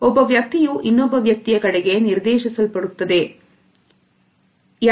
ಒಬ್ಬ ವ್ಯಕ್ತಿಯು ಇನ್ನೊಬ್ಬ ವ್ಯಕ್ತಿಯ ಕಡೆಗೆ ನಿರ್ದೇಶಿಸಲ್ಪಡುತ್ತದೆ ಆಗಿದೆ